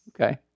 Okay